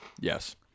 Yes